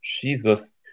Jesus